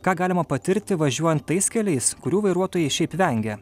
ką galima patirti važiuojant tais keliais kurių vairuotojai šiaip vengia